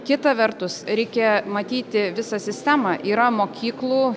kita vertus reikia matyti visą sistemą yra mokyklų